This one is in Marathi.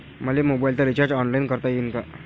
मले मोबाईलच रिचार्ज ऑनलाईन करता येईन का?